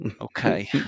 okay